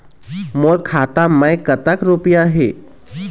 मोर खाता मैं कतक रुपया हे?